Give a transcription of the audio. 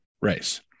race